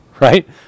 Right